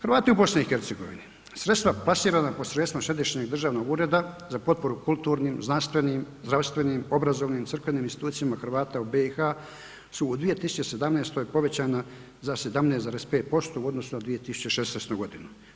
Hrvati u BiH sredstva plasirana posredstvom Središnjeg državnog ureda za potporu kulturnim, znanstvenim, zdravstvenim, obrazovnim, crkvenim institucijama Hrvata u BiH su u 2017. povećana za 17,5% u odnosu na 2016. godinu.